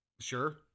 Sure